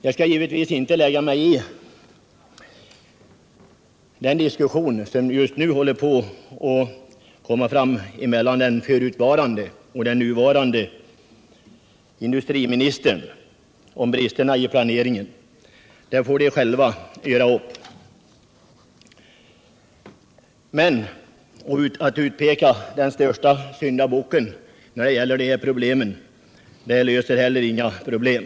Jag skall givetvis inte lägga mig i den diskussion som just nu förs mellan den nuvarande och den förutvarande industriministern om bristerna i planeringen. Det får de själva göra upp om. Att utpeka den största syndabocken när det gäller dessa saker löser heller inga problem.